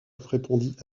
répondit